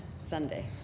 Sunday